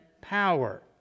power